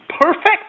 perfect